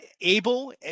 able